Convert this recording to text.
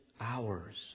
hours